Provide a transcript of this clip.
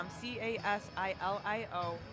C-A-S-I-L-I-O